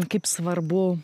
kaip svarbu